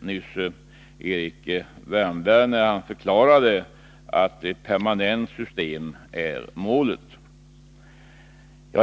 nyss av Erik Wärnberg, när han förklarade att ett permanent system är målet.